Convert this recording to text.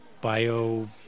bio